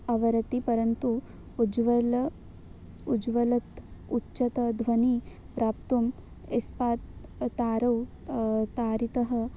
अवरतिः परन्तु उज्वलः उज्वलः उच्चध्वनिं प्राप्तुम् एस्पात् तारौ तारितः